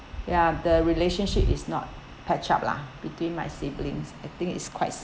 ya the relationship is not patched up lah between my siblings I think it's quite